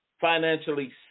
financially